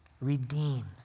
Redeems